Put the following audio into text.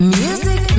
music